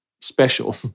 special